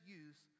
use